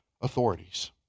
authorities